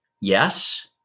Yes